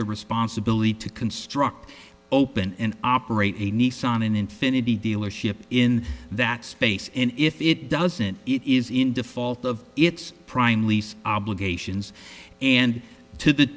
the responsibility to construct open and operate a nissan an infiniti dealership in that space and if it doesn't it is in default of its prime lease obligations and to